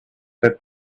that